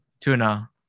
tuna